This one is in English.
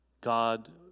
God